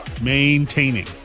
Maintaining